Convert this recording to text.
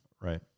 Right